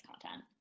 content